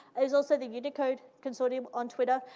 there's also the unicode consortium on twitter,